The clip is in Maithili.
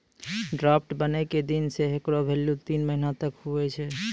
ड्राफ्ट बनै के दिन से हेकरो भेल्यू तीन महीना तक हुवै छै